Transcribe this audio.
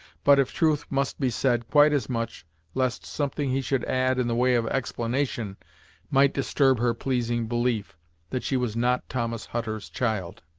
but, if truth must be said, quite as much lest something he should add in the way of explanation might disturb her pleasing belief that she was not thomas hutter's child.